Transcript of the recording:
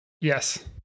Yes